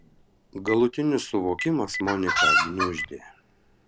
galutinis suvokimas moniką gniuždė